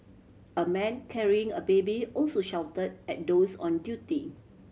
a man carrying a baby also shout at those on duty